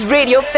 Radio